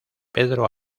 pedro